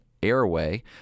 airway